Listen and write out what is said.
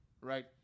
Right